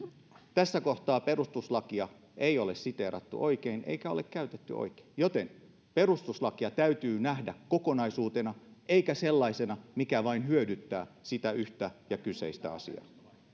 tässä kohtaa perustuslakia ei ole siteerattu oikein eikä ole käytetty oikein joten perustuslaki täytyy nähdä kokonaisuutena eikä sellaisena mikä hyödyttää vain sitä yhtä ja kyseistä asiaa